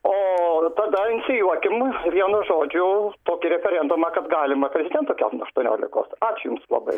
o tada inicijuokim vienu žodžiu tokį referendumą kad galima prezidentą kelt nuo aštuoniolikos ačiū jums labai